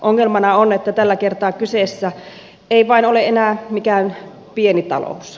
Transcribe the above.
ongelmana on että tällä kertaa kyseessä ei vain ole enää mikään pieni talous